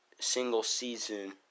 single-season